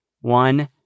one